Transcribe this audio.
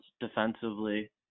defensively